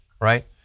right